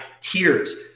tears